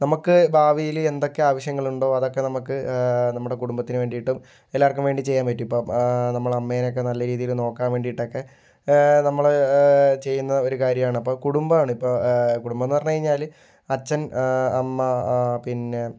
നമ്മൾക്ക് ഭാവിയിൽ എന്തൊക്കെ ആവശ്യങ്ങളുണ്ടോ അതൊക്കെ നമ്മൾക്ക് നമ്മുടെ കുടുംബത്തിന് വേണ്ടിയിട്ടും എല്ലാവർക്കും വേണ്ടി ചെയ്യാൻ പറ്റും ഇപ്പം നമ്മളെ അമ്മേനെയൊക്കെ നല്ല രീതിയിൽ നോക്കാൻ വേണ്ടിയിട്ടൊക്കെ നമ്മൾ ചെയ്യുന്ന ഒരു കാര്യമാണ് അപ്പോൾ കുടുംബാണിപ്പോൾ കുടുംബം എന്നു പറഞ്ഞ് കഴിഞ്ഞാൽ അച്ഛൻ അമ്മ പിന്നെ